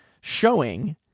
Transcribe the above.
showing